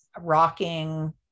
rocking